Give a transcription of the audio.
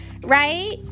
right